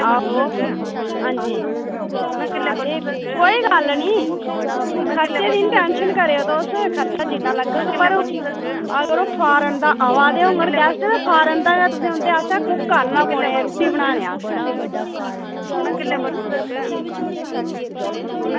आहो अंजी आं ते कोई गल्ल निं खर्चे दी दी निं टेंशन करेओ खर्चे दा तुस आं यरो फॉरेन दा आवा दे होङन गेस्ट फॉरेन दा उंदे आस्तै तुसें कुक आह्नना पौने रुट्टी बनाने बास्तै